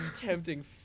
Tempting